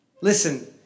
Listen